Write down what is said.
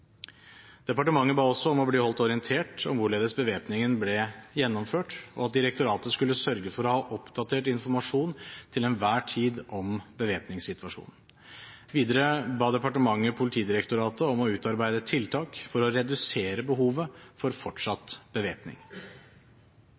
Departementet ba også om å bli holdt orientert om hvorledes bevæpningen ble gjennomført, og at direktoratet skulle sørge for å ha oppdatert informasjon til enhver tid om bevæpningssituasjonen. Videre ba departementet Politidirektoratet om å «utarbeide tiltak for å redusere behovet for fortsatt bevæpning».